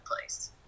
place